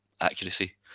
accuracy